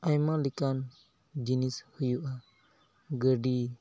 ᱟᱭᱢᱟ ᱞᱮᱠᱟᱱ ᱡᱤᱱᱤᱥ ᱦᱩᱭᱩᱜᱼᱟ ᱜᱟᱹᱰᱤ